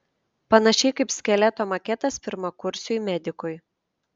panašiai kaip skeleto maketas pirmakursiui medikui